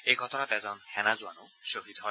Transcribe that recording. এই ঘটনাত এজন সেনা জোৱানো খহীদ হয়